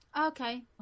Okay